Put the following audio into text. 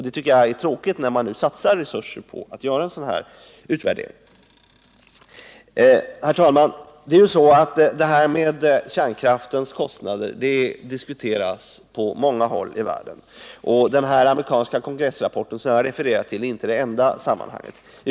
Det tycker jag är tråkigt, när man nu satsar resurser på att göra en sådan här utvärdering. Herr talman! Kärnkraftens kostnader diskuteras ju på många håll i världen, och den amerikanska kongressrapport som jag refererat till är inte den enda i sammanhanget.